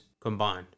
combined